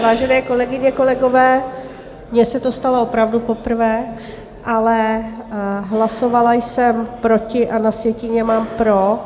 Vážené kolegyně a kolegové, mně se to stalo opravdu poprvé, ale hlasovala jsem proti, a na sjetině mám pro.